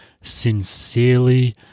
Sincerely